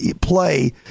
play